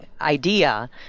idea